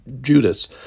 Judas